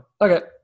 okay